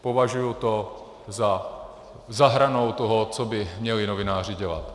Považuji to za hranou toho, co by měli novináři dělat.